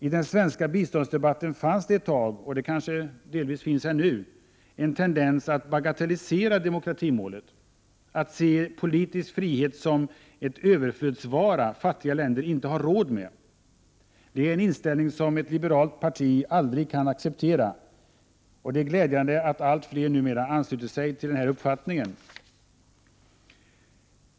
I den svenska biståndsdebatten fanns det ett tag — och finns kanske delvis ännu — en tendens att bagatellisera demokratimålet, att se politisk frihet som en överflödsvara fattiga länder inte har råd med. Det är en inställning som ett liberalt parti aldrig kan acceptera. Det är glädjande att allt fler numera anslutit sig till vår uppfattning.